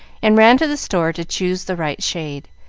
and ran to the store to choose the right shade,